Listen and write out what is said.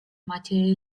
матери